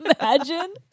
imagine